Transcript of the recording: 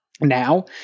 Now